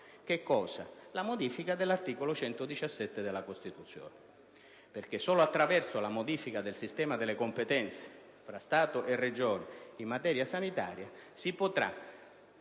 problemi la modifica dell'articolo 117 della Costituzione. Solo attraverso la modifica del sistema delle competenze tra Stato e Regioni in materia sanitaria si potrà,